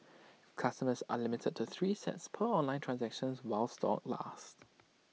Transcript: customers are limited to three sets per online transaction while stocks last